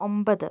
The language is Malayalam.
ഒമ്പത്